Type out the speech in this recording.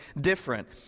different